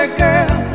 girl